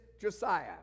Josiah